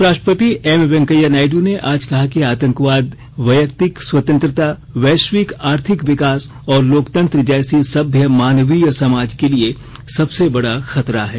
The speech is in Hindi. उप राष्ट्रपति एमवेंकैया नायड ने आज कहा कि आतंकवाद वैयक्तिक स्वततंत्रता वैश्विक आर्थिक विकास और लोकतंत्र जैसी सभ्य मानवीय समाज के लिए सबसे बडा खतरा है